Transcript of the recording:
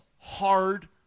hard